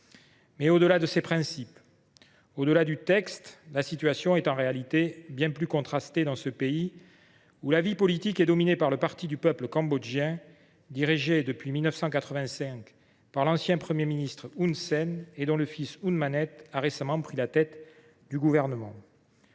Au delà de ces principes, au delà du texte, la situation est en réalité bien plus contrastée dans ce pays, où la vie politique est dominée par le parti du peuple cambodgien, dirigé depuis 2015 par l’ancien Premier ministre Hun Sen, dont le fils Hun Manet a récemment pris la tête du gouvernement.